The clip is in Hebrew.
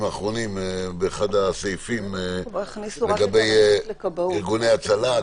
האחרונים באחד הסעיפים לגבי ארגוני הצלה,